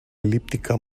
elíptica